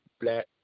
black